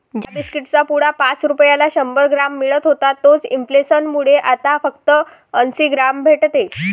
ज्या बिस्कीट चा पुडा पाच रुपयाला शंभर ग्राम मिळत होता तोच इंफ्लेसन मुळे आता फक्त अंसी ग्राम भेटते